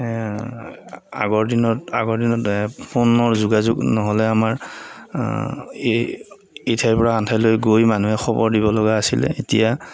আগৰ দিনত আগৰ দিনত ফোনৰ যোগাযোগ নহ'লে আমাৰ এই ইঠাইৰ পৰা আনঠাইলৈ গৈ মানুহে খবৰ দিব লগা আছিলে এতিয়া